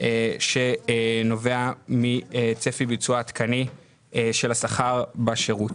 שנובע מצפי ביצוע עדכני של השכר בשירות.